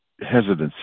hesitancy